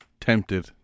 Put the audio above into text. Tempted